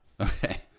Okay